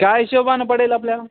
काय हिशोबाने पडेल आपल्याला